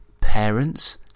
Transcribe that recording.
parents